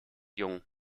jung